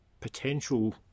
potential